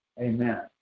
Amen